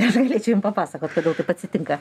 aš galėčiau jum papasakot kodėl taip atsitinka